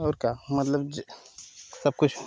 और का मतलब जो सब कुछ